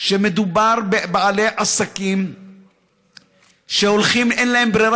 שמדובר בבעלי עסקים שאין להם ברירה.